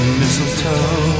mistletoe